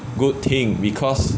good thing because